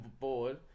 board